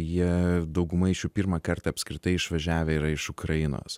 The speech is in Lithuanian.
jie dauguma iš jų pirmą kartą apskritai išvažiavę yra iš ukrainos